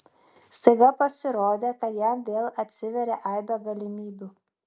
staiga pasirodė kad jam vėl atsiveria aibė galimybių